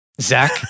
Zach